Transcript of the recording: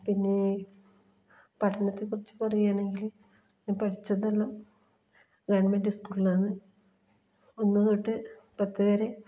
പിന്നെ പട്ടണത്തെ കുറിച്ച് പറയുകയാണെങ്കിൽ ഞാൻ പഠിച്ചതെല്ലാം ഗവൺമെൻറ് സ്കൂളിലാണ് ഒന്ന് തൊട്ട് പത്ത് വരെ